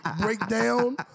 breakdown